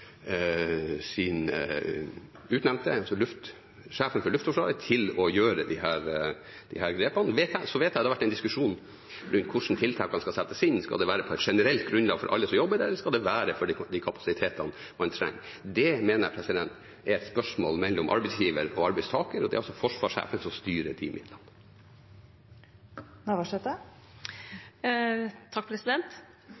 utnevnte sjef for Luftforsvaret til å ta disse grepene. Så vet jeg det har vært en diskusjon om hvordan tiltakene skal settes inn: Skal det være på et generelt grunnlag for alle som jobber der, eller skal det være for de kapasitetene man trenger? Det mener jeg er et spørsmål mellom arbeidsgiver og arbeidstaker, og det er altså forsvarssjefen som styrer